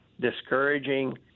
discouraging